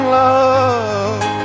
love